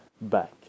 back